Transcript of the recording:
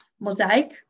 mosaic